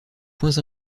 points